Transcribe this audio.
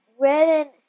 red